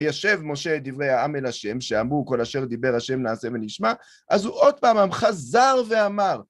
יושב משה את דברי העם אל השם, שאמרו כל אשר דיבר השם נעשה ונשמע, אז הוא עוד פעם המחזר ואמר,